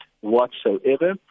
whatsoever